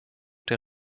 der